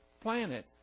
planet